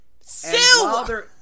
Sue